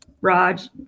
Raj